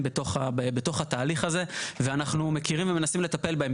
בתוך התהליך הזה ואנחנו מכירים ומנסים לטפל בהם.